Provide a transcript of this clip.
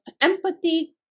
empathy